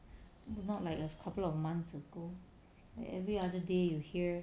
not like a couple of months ago every other day you hear